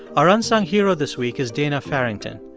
our unsung hero this week is dana farrington.